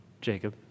Jacob